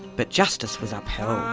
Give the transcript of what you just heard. but justice was upheld. yeah